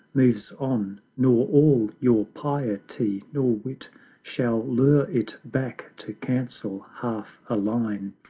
moves on nor all your piety nor wit shall lure it back to cancel half a line,